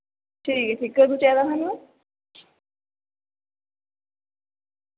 ठीक ऐ फिर कदूं चाहिदा तुसें